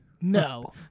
No